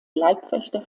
leibwächter